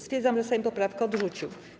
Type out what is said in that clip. Stwierdzam, że Sejm poprawkę odrzucił.